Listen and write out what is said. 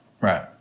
Right